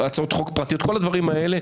הצעות חוק פרטיות כל הדברים האלה,